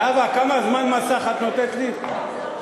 את יודעת כמה זמן מסך את נותנת לי עכשיו?